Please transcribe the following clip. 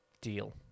Deal